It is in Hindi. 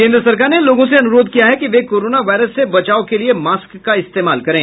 केन्द्र सरकार ने लोगों से अनुरोध किया है कि वे कोरोना वायरस से बचाव के लिए मॉस्क का इस्तेमाल करें